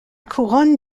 couronne